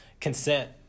consent